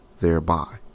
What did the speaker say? thereby